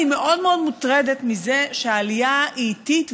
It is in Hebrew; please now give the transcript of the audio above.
אני מאוד מאוד מוטרדת מזה שהעלייה היא איטית,